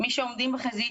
מי שעומדים בחזית,